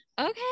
okay